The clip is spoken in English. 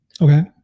Okay